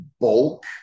bulk